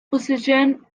position